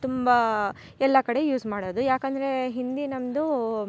ತುಂಬ ಎಲ್ಲ ಕಡೆ ಯೂಸ್ ಮಾಡೋದು ಯಾಕಂದರೆ ಹಿಂದಿ ನಮ್ಮದು